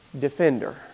defender